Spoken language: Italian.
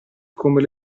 come